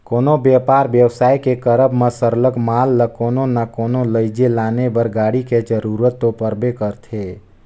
कोनो बयपार बेवसाय के करब म सरलग माल ल कोनो ना कोनो लइजे लाने बर गाड़ी के जरूरत तो परबे करथे